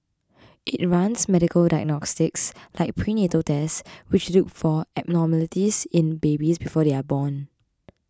it runs medical diagnostics like prenatal tests which look for abnormalities in babies before they are born